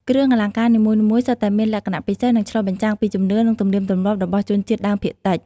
គ្រឿងអលង្ការនីមួយៗសុទ្ធតែមានលក្ខណៈពិសេស និងឆ្លុះបញ្ចាំងពីជំនឿ និងទំនៀមទម្លាប់របស់ជនជាតិដើមភាគតិច។